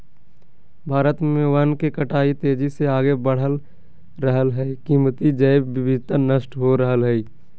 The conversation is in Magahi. भारत में वन के कटाई तेजी से आगे बढ़ रहल हई, कीमती जैव विविधता नष्ट हो रहल हई